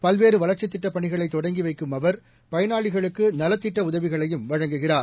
பல்வேறு வளர்ச்சித் திட்டப்பணிகளை தொடங்கி வைக்கும் அவர் பயனாளிகளுக்கு நலத்திட்ட உதவிகளையும் வழங்குகிறார்